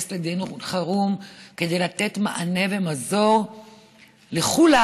לדיון חירום כדי לתת מענה ומזור לכולם,